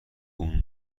اون